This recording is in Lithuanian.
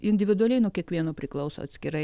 individualiai nuo kiekvieno priklauso atskirai